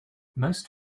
most